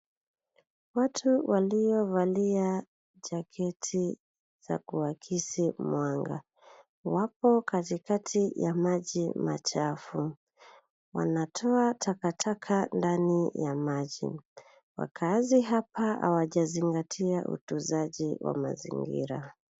Watu waliovalia jaketi za kuakisi mwanga. Wapo katikati ya maji machafu. Wanatoa takataka ndani ya maji. Wakaazi hapa hawajazingatia utunzaji wa mazingira.